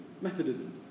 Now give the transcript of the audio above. Methodism